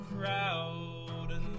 crowd